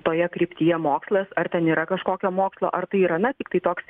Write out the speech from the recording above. toje kryptyje mokslas ar ten yra kažkokio mokslo ar tai yra na tiktai toks